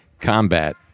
combat